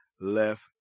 left